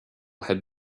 had